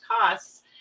costs